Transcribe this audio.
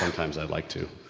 and times i'd like to.